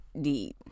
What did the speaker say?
deed